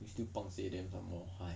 you still pang seh them somemore !haiya!